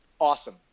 Awesome